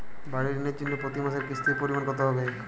বাড়ীর ঋণের জন্য প্রতি মাসের কিস্তির পরিমাণ কত হবে?